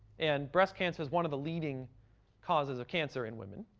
and breast cancer is one of the leading causes of cancer in women.